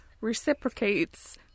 reciprocates